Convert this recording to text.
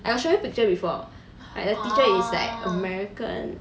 I got show you picture before like the teacher is american